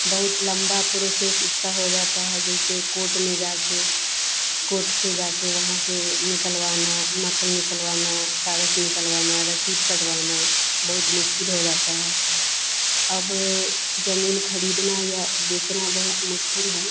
बहुत लम्बा प्रोसेस इसका हो जाता है जैसे कोट में जाकर कोट से जाकर वहाँ से निकलवाना नक़ल निकलवाना काग़ज़ निकलवाना रसीद कटवाना बहुत मुश्किल हो जाती है अब ज़मीन ख़रीदना या बेचना बहुत मुश्किल है